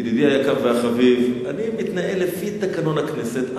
ידידי היקר והחביב, אני מתנהל לפי תקנון הכנסת.